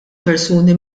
persuni